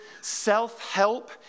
self-help